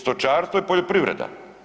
Stočarsko i poljoprivreda.